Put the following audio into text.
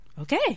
Okay